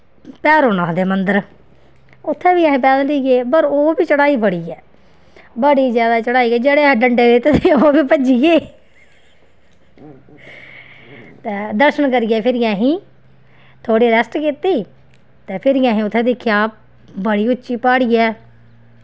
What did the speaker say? भैरो नाथ दे मन्दर उत्थे बी असीं पैदल ई गे पर ओह् बी चढ़ाई बड़ी ऐ बड़ी जादा चढ़ाई ऐ जेह्ड़े असें डंडे लेते दे हे ओह् बी भज्जी गे ते दर्शन करियै फिर असें थोह्ड़ी रेस्ट कीती ते फिरी असें उत्थें दिक्खेआ बड़ी उच्ची प्हाड़ी ऐ